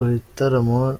ibitaramo